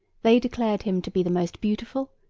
they declared him to be the most beautiful,